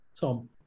Tom